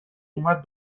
اومد